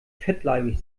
fettleibig